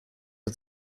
der